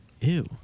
Ew